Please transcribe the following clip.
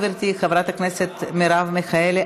גברתי חברת הכנסת מרב מיכאלי,